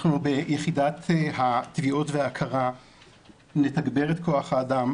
אנחנו ביחידת התביעות וההכרה נתגבר את כוח האדם,